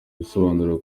ibisobanuro